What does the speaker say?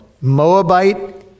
Moabite